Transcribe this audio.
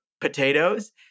potatoes